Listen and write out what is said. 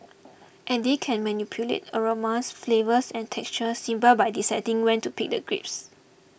and they can manipulate aromas flavours and textures simply by deciding when to pick the grapes